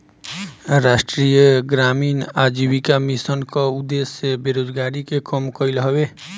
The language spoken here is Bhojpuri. राष्ट्रीय ग्रामीण आजीविका मिशन कअ उद्देश्य बेरोजारी के कम कईल हवे